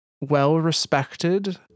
well-respected